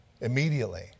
immediately